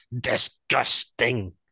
disgusting